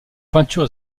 peinture